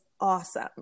awesome